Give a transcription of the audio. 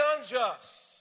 unjust